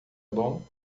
bom